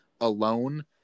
alone